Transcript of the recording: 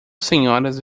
senhoras